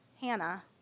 Hannah